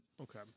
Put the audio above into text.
Okay